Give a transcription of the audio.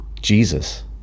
Jesus